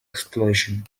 explosion